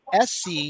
SC